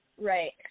Right